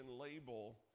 label